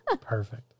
Perfect